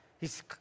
hes